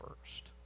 first